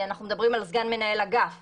אנחנו מדברים על סגן מנהל אגף